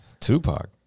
Tupac